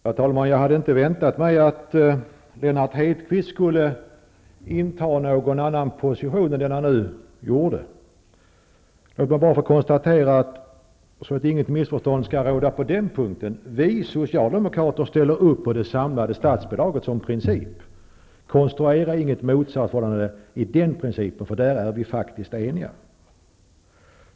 Herr talman! Jag hade inte väntat mig att Lennart Hedquist skulle inta någon annan position än den han nu intog. Låt mig konstatera, så att inget missförstånd skall råda på den punkten, att vi socialdemokrater ställer upp på det samlade statsbidraget som princip. Konstruera inget motsatsförhållande när det gäller den principen! Där är vi faktiskt eniga.